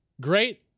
great